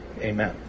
Amen